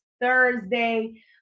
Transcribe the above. Thursday